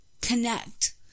connect